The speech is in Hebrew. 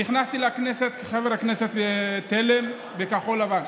נכנסתי לכנסת כחבר הכנסת בתל"ם, בכחול לבן.